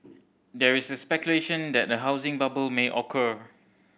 there is speculation that a housing bubble may occur